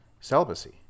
celibacy